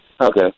Okay